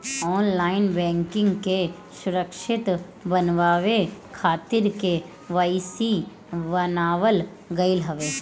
online banking के सुरक्षित बनावे खातिर के.वाई.सी बनावल गईल हवे